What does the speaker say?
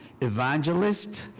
Evangelist